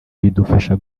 bidufasha